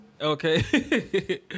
Okay